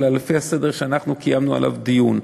אלא לפי הסדר שבו קיימנו עליו את הדיון.